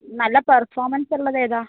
നല്ല പെർഫോമൻസ് ഉള്ളതേതാണ്